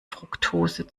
fruktose